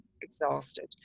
exhausted